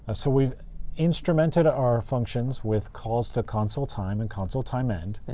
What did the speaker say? ah so we've instrumented our functions with calls to console time and console timeend.